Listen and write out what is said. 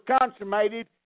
consummated